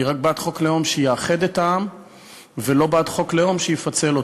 אני רק בעד חוק לאום שיאחד את העם ולא בעד חוק לאום שיפצל אותו.